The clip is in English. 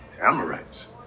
Amorites